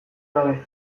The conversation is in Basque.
gabe